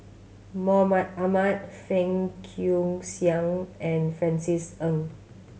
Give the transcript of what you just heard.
Mahmud Ahmad Fang Guixiang and Francis Ng